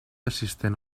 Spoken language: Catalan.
assistent